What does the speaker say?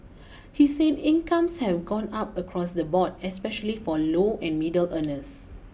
he said incomes have gone up across the board especially for low and middle earners